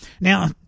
Now